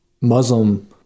Muslim